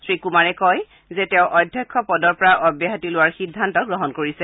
শ্ৰী কুমাৰে কয় যে তেওঁ অধ্যক্ষ পদৰ পৰা অব্যাহতি লোৱাৰ সিদ্ধান্ত গ্ৰহণ কৰিছে